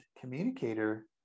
communicator